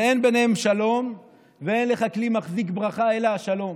ואין ביניהם שלום ואין לך כלי מחזיק ברכה אלא השלום.